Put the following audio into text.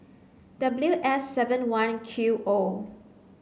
W S seven one Q O